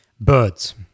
Birds